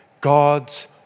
God's